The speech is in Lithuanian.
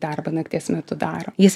darbą nakties metu daro jis